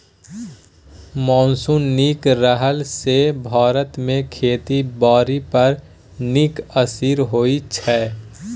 monsoon नीक रहला सँ भारत मे खेती बारी पर नीक असिर होइ छै